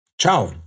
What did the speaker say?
Ciao